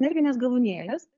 nervinės galūnėlės